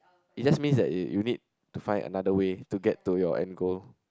it just means that you you need to find another way to get to your end goal